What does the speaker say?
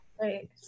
Right